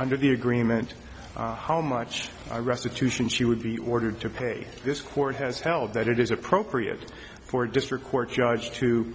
under the agreement how much i restitution she would be ordered to pay this court has held that it is appropriate for a district court judge to